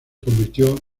convirtió